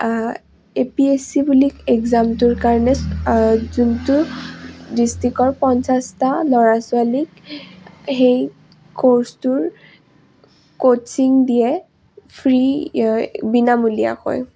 এ P S C বুলি একজামটোৰ কাৰণে যোনটো ডিষ্ট্ৰিকৰ পঞ্চাছটা ল'ৰা ছোৱালীক সেই ক'ৰ্চটোৰ ক'চিং দিয়ে ফ্ৰী বিনামূলীয়া হয়